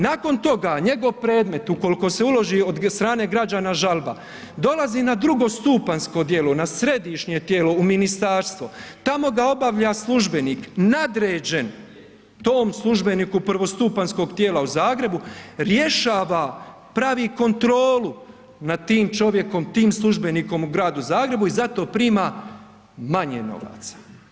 Nakon toga njegov predmet ukoliko se uloži od strane građana žalba, dolazi na drugostupanjsko tijelo na središnje tijelo u ministarstvo, tamo ga obavlja službenik nadređen tom službeniku prvostupanjskog tijela u Zagrebu, rješava, pravi kontrolu nad tim čovjekom, tim službenikom u gradu Zagrebu i zato prima manje novaca.